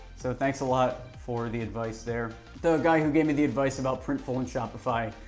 so thanks a lot for the advice there. the guy who gave me the advice about printful and shopify,